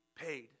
paid